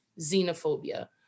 xenophobia